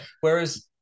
Whereas